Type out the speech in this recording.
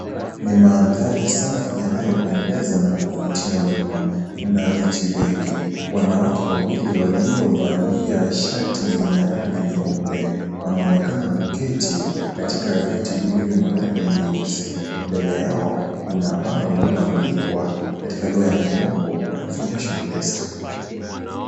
Ni mandhari safi yanayopendeza na kuvutia mno mna viti vingi wanawake wawili walio valia shati zenye rangi nyeupe ,wanaonekana kuketi katika viti vilivyo na rangi nyeusi mbele yao kuna bao liloandikwa katika lugha ya kimombo information desk .